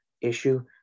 issue